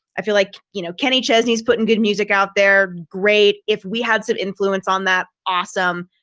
i feel like you know, kenny chesney is putting good music out there great if we had some influence on that awesome.